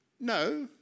No